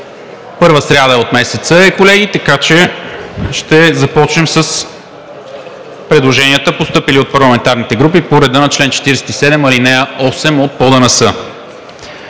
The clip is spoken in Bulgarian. първа сряда от месеца, така че ще започнем с предложенията, постъпили от парламентарни групи по реда на чл. 47, ал. 8 от ПОДНС: